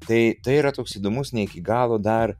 tai tai yra toks įdomus ne iki galo dar